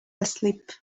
asleep